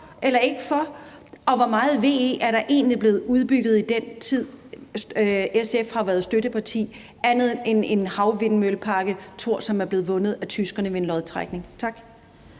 eller ikke for? Og hvor meget VE er der egentlig blevet udbygget i den tid, SF har været støtteparti, andet end en havvindmøllepark, Thor, som er blevet vundet af tyskerne ved en lodtrækning? Tak.